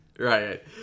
Right